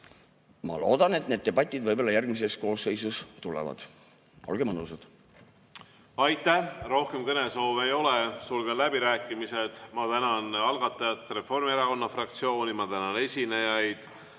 Ma loodan, et need debatid järgmises koosseisus tulevad. Olge mõnusad! Aitäh! Rohkem kõnesoove ei ole, sulgen läbirääkimised. Ma tänan algatajat, Reformierakonna fraktsiooni, ma tänan esinejaid: